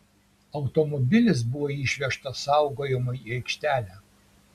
automobilis buvo išvežtas saugojimui į aikštelę